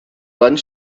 wand